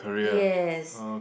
yes